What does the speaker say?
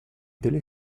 delle